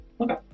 Okay